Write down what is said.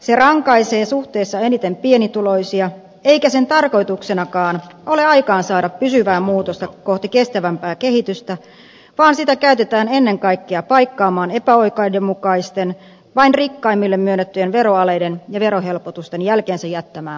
se rankaisee suhteessa eniten pienituloisia eikä sen tarkoituksenakaan ole aikaansaada pysyvää muutosta kohti kestävämpää kehitystä vaan sitä käytetään ennen kaikkea paikkaamaan epäoikeudenmukaisten vain rikkaimmille myönnettyjen veroalejen ja verohelpotusten jälkeensä jättämää aukkoa